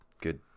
Good